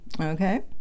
okay